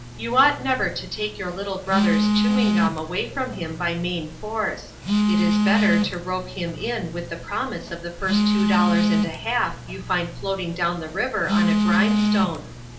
you ought never to take your little brother's chewing-gum away from him by main force it is better to rope him in with the promise of the first two dollars and a half you find floating down the river on a grindstone.